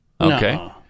Okay